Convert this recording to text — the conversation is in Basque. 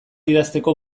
idazteko